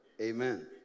Amen